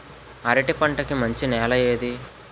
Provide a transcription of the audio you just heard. అరటి పంట కి మంచి నెల ఏది?